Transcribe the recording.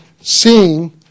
seeing